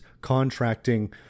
contracting